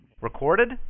Recorded